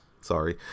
sorry